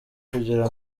kugira